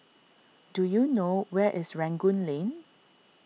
do you know where is Rangoon Lane